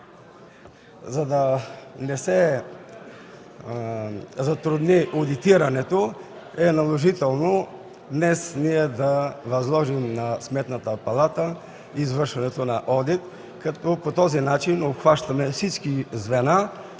За да не се затрудни одитирането, е наложително днес да възложим на Сметната палата извършването на одит, като обхващаме всички звена,